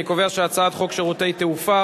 אני קובע שהצעת חוק שירותי תעופה